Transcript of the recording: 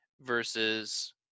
versus